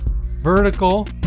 vertical